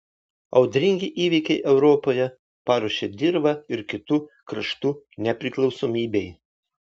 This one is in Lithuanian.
audringi įvykiai europoje paruošė dirvą ir kitų kraštų nepriklausomybei